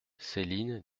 céline